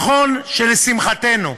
נכון שלשמחתנו,